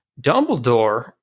Dumbledore